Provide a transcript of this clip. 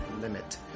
limit